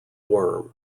worm